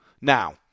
Now